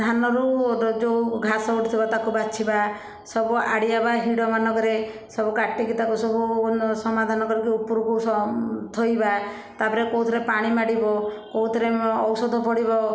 ଧାନରୁ ଯେଉଁ ଘାସ ଉଠିଥିବ ତାକୁ ବାଛିବା ସବୁ ଆଡ଼ିଆ ବା ହିଡ଼ ମାନଙ୍କରେ ସବୁ କାଟିକି ତାକୁ ସବୁ ସମାଧାନ କରିକି ଉପରୁକୁ ଥୋଇବା ତାପରେ କେଉଁଥିରେ ପାଣି ମାଡ଼ିବ କେଉଁଥିରେ ଔଷଧ ପଡ଼ିବ